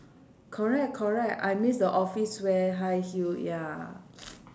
correct correct I miss the office wear high heel ya